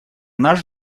наш